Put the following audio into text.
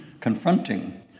confronting